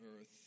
earth